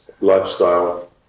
lifestyle